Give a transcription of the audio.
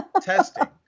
testing